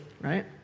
right